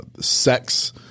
sex